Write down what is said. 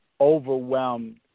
overwhelmed